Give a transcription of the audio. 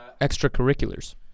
extracurriculars